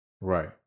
Right